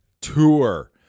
Tour